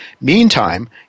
Meantime